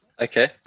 Okay